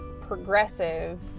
progressive